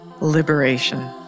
Liberation